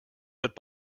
but